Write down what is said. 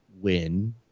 win